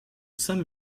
saint